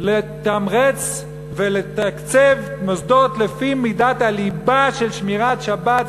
לתמרץ ולתקצב מוסדות לפי מידת הליבה של שמירת שבת,